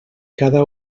cada